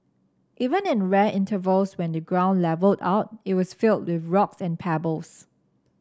even in the rare intervals when the ground levelled out it was filled with rocks and pebbles